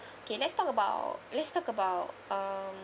okay let's talk about let's talk about um